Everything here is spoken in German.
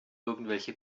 irgendwelche